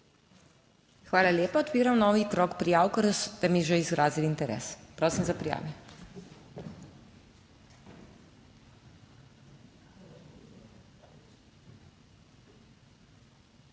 Hvala lepa. Odpiram novi krog prijav, ker ste mi že izrazili interes, prosim za prijave.